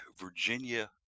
Virginia